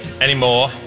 anymore